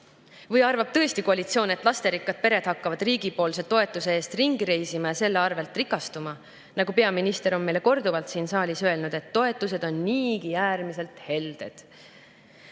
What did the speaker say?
Või arvab tõesti koalitsioon, et lasterikkad pered hakkavad riigipoolse toetuse eest ringi reisima ja selle arvelt rikastuma? Nagu peaminister on meile korduvalt siin saalis öelnud, et toetused on niigi äärmiselt helded.